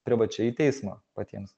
privačiai į teismą patiems